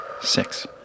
six